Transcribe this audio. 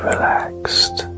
relaxed